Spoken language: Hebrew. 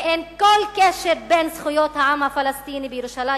ואין כל קשר בין זכויות העם הפלסטיני בירושלים